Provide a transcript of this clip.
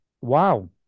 wow